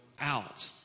out